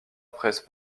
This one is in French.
presse